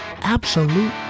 Absolute